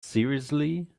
seriously